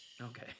Okay